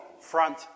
front